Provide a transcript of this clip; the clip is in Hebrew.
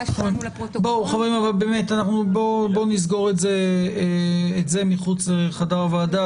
חברים, בואו נסגור את זה מחוץ לחדר הוועדה.